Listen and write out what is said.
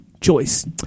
choice